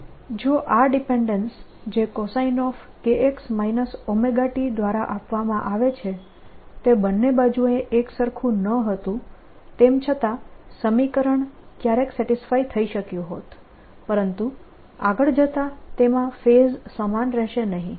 જો આ ડિપેન્ડેન્સ જે coskx ωt દ્વારા આપવામાં આવે છે તે બંને બાજુએ એકસરખું ન હતું તેમ છતાં સમીકરણ ક્યારેક સેટીસ્ફાય થઈ શક્યું હોત પરંતુ તે આગળ જતા તેમાં ફેઝ સમાન રહેશે નહિ